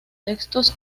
textos